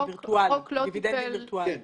דיבידנדים וירטואליים.